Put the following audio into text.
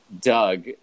Doug